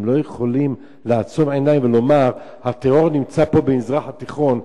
הם לא יכולים לעצום עיניים ולומר: הטרור נמצא פה במזרח התיכון,